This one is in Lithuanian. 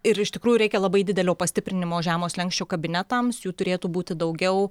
ir iš tikrųjų reikia labai didelio pastiprinimo žemo slenksčio kabinetams jų turėtų būti daugiau